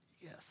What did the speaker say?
Yes